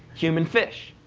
human fish,